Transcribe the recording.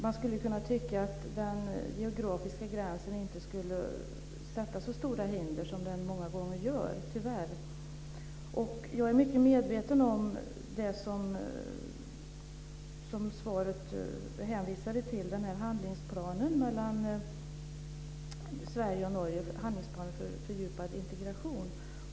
Man skulle kunna tycka att den geografiska gränsen inte skulle resa så stora hinder som den många gånger tyvärr gör. Jag är mycket medveten om den handlingsplan för fördjupad integration mellan Sverige och Norge som svaret hänvisar till.